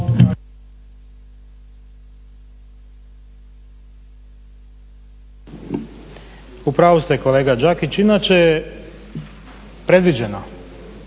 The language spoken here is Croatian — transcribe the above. U pravu ste kolega Đakić. Inače je predviđeno